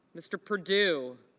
mr. purdue